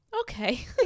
okay